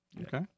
Okay